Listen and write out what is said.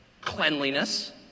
cleanliness